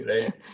right